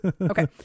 Okay